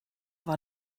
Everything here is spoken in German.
war